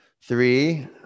Three